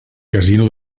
casino